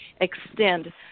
extend